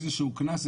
שיהיה איזה שהוא קנס,